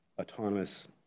autonomous